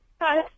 Hi